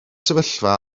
sefyllfa